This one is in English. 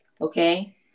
Okay